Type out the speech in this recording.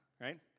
Right